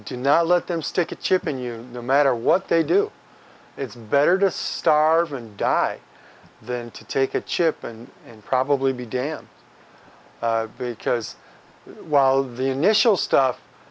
do not let them stick a chip in you no matter what they do it's better to starve and die than to take a chip and probably be damn because while the initial stuff